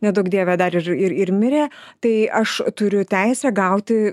neduok dieve dar ir ir ir mirė tai aš turiu teisę gauti